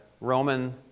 Roman